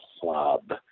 club